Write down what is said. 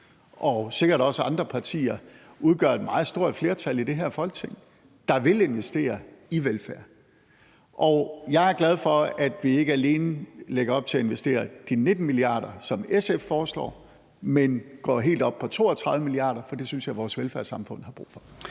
og sikkert også af andre partier udgør et meget stort flertal i det her Folketing, der vil investere i velfærd. Jeg er glad for, at vi ikke alene lægger op til at investere de 19 mia. kr., som SF foreslår, men går helt op på 32 mia. kr., for det synes jeg vores velfærdssamfund har brug for.